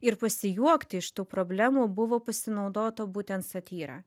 ir pasijuokti iš tų problemų buvo pasinaudota būtent satyra